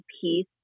piece